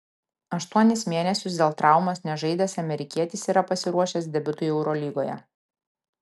aštuonis mėnesius dėl traumos nežaidęs amerikietis yra pasiruošęs debiutui eurolygoje